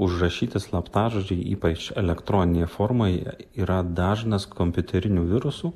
užrašyti slaptažodžiai ypač elektroninėje formoje yra dažnas kompiuterinių virusų